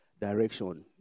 direction